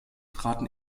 traten